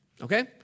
okay